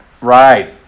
Right